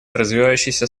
развивающиеся